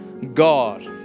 God